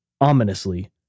Ominously